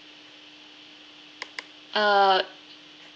uh